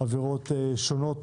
עבירות שונות